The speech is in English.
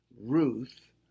Ruth